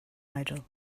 idol